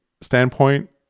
standpoint